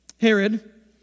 Herod